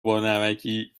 بانمکی